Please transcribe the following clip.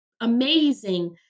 amazing